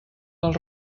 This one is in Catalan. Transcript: del